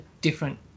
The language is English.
different